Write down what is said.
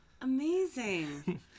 Amazing